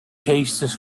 tastes